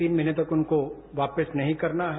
तीन महीने तक उनको वापस नहीं करना है